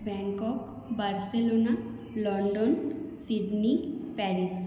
Bangkok Barcelona London Sydney Paris